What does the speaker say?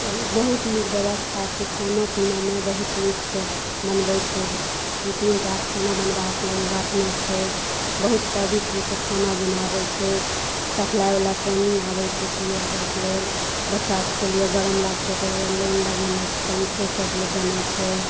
बहुत नीक बेबस्था छै खानो पिनोमे बहुत नीकसँ बनबै छै दू तीन टा खाना बनबाक लेल राखने छै बहुत पवित्रसँ खाना बनाबै छै सप्लाइवला पानी आबै छै पिएबाकके लेल बच्चासभके लिए गरम लगतै ताहि दुआरे लाइन लगेने छै पंखो सब देने छै